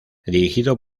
dirigido